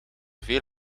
veel